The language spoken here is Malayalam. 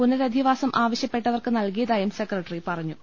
പുനരധിവാസം ആവ ശ്യപ്പെട്ടവർക്ക് നൽകിയതായും സെക്രട്ടറി പറഞ്ഞു